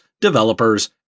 developers